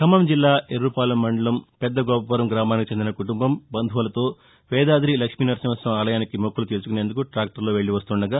ఖమ్మం జిల్లా ఎరుపాలెం మండలం పెద్ద గోపవరం గ్రామానికి చెందిన కుటుంబం బంధువులతో వేదాది లక్ష్మీ నరసింహస్వామి ఆలయానికి మొక్కులు తీర్చుకునేందుకు టాక్టర్లో వెళ్ళివస్తుండగా